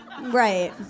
Right